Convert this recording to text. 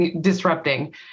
disrupting